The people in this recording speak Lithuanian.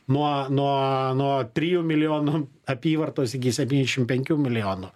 nuo nuo nuo trijų milijonų apyvartos iki septyndešim penkių milijonų